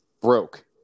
broke